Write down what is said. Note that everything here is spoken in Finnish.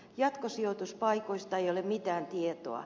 jatkosijoituspaikoista ei ole mitään tietoa